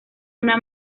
una